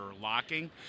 locking